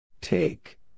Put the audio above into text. Take